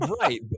right